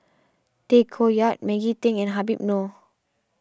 Tay Koh Yat Maggie Teng and Habib Noh